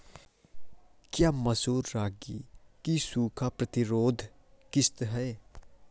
क्या मसूर रागी की सूखा प्रतिरोध किश्त है?